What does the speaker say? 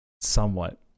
somewhat